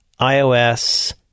iOS